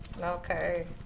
Okay